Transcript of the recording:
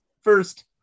First